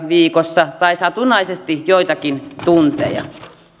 viikossa tai satunnaisesti joitakin tunteja